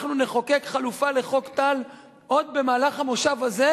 אנחנו נחוקק חלופה לחוק טל עוד במהלך המושב הזה,